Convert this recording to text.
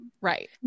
Right